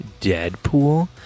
Deadpool